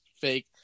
Fake